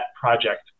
project